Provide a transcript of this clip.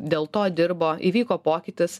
dėl to dirbo įvyko pokytis